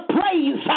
praise